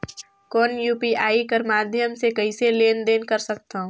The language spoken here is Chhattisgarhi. कौन यू.पी.आई कर माध्यम से कइसे लेन देन कर सकथव?